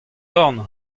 dorn